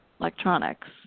electronics